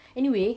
anyway